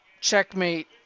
Checkmate